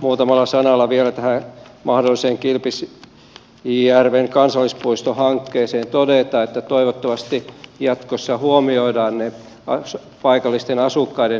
muutamalla sanalla vielä tähän mahdolliseen kilpisjärven kansallispuistohankkeeseen liittyen todeta että toivottavasti jatkossa huomioidaan ne paikallisten asukkaiden näkemykset tässä asiassa